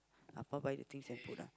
Appa buy the things and put ah